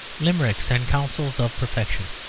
limericks and counsels of perfection